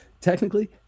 technically